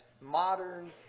modern